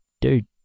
Dude